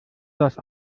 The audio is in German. das